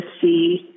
see